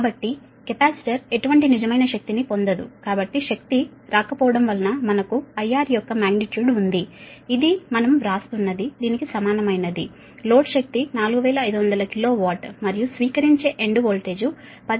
కాబట్టి కెపాసిటర్ ఎటువంటి నిజమైన శక్తిని పొందదు కాబట్టి శక్తి రాకపోవడం వలన మనకు IR యొక్క మాగ్నిట్యూడ్ ఉంది ఇది మనం వ్రాస్తున్నది దీనికి సమానమైనది లోడ్ శక్తి 4500 కిలో వాట్ మరియు స్వీకరించే ఎండ్ వోల్టేజ్ 10